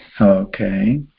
Okay